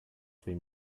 free